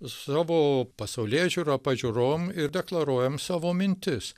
savo pasaulėžiūra pažiūrom ir deklaruojam savo mintis